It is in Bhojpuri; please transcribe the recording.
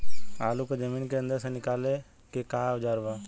आलू को जमीन के अंदर से निकाले के का औजार बा?